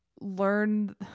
learn